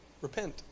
Repent